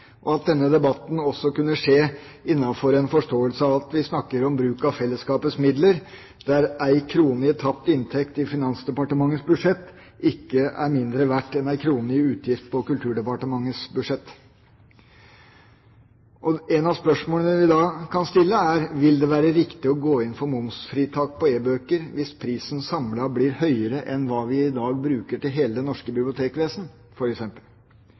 og om denne debatten også kunne skje innenfor en forståelse av at vi snakker om bruk av fellesskapets midler, der én krone i tapt inntekt i Finansdepartementets budsjett ikke er mindre verdt enn én krone i utgift på Kulturdepartementets budsjett. Ett av spørsmålene vi da kan stille, er: Vil det være riktig å gå inn for momsfritak på e-bøker hvis prisen samlet blir høyere enn hva vi f.eks. i dag bruker til hele det norske bibliotekvesen?